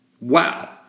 Wow